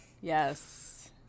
Yes